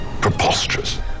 preposterous